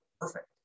perfect